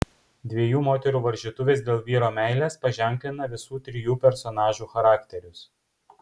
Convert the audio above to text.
dviejų moterų varžytuvės dėl vyro meilės paženklina visų trijų personažų charakterius